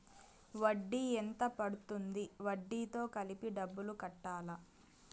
వడ్డీ ఎంత పడ్తుంది? వడ్డీ తో కలిపి డబ్బులు కట్టాలా?